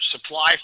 supply